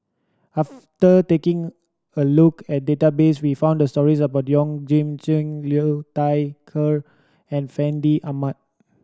after taking a look at database we found stories about Yeoh Ghim Seng Liu Thai Ker and Fandi Ahmad